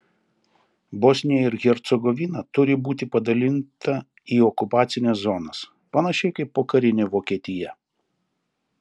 bosnija ir hercegovina turi būti padalinta į okupacines zonas panašiai kaip pokarinė vokietija